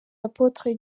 apotre